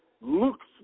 looks